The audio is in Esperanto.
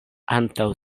antaŭ